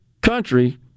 country